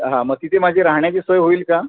हां मग तिथे माझी राहण्याची सोय होईल का